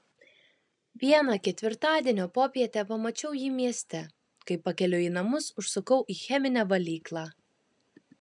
vieną ketvirtadienio popietę pamačiau jį mieste kai pakeliui į namus užsukau į cheminę valyklą